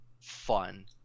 fun